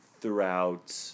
throughout